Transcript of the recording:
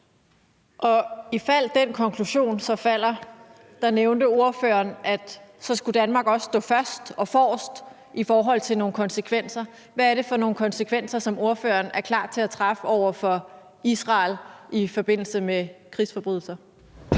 Ifald den konklusion så falder, nævnte ordføreren, at Danmark så også skulle stå først og forrest i forhold til nogle konsekvenser. Hvad er det for nogle konsekvenser, som ordføreren er klar til at drage over for Israel i forbindelse med krigsforbrydelser?